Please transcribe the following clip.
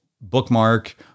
bookmark